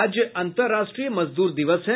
आज अन्तर्राष्ट्रीय मजदूर दिवस है